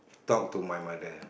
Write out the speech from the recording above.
talk to my mother